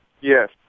Yes